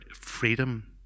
freedom